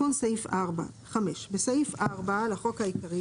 תיקון סעיף 45.בסעיף 4 לחוק העיקרי